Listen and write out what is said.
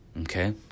okay